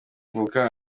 mvuka